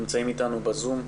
נמצאים אתנו ב-זום.